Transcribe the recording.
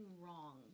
wrong